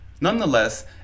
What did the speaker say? Nonetheless